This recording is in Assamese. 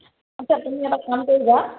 আচ্ছা তুমি এটা কাম কৰিবা